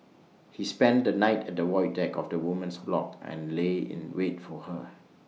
he spent the night at the void deck of the woman's block and lay in wait for her